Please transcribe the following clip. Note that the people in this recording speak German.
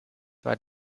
war